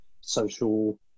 social